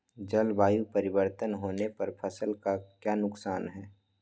जलवायु परिवर्तन होने पर फसल का क्या नुकसान है?